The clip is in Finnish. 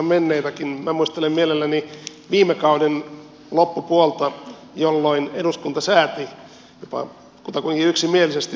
minä muistelen mielelläni viime kauden loppupuolta jolloin eduskunta sääti jopa kutakuinkin yksimielisesti terveydenhuoltolain